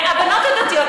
והבנות הדתיות,